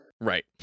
Right